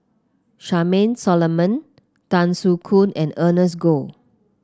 Charmaine Solomon Tan Soo Khoon and Ernest Goh